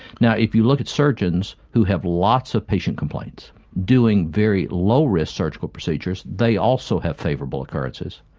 yeah if you look at surgeons who have lots of patient complaints doing very low-risk surgical procedures, they also have favourable occurrences.